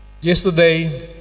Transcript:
Yesterday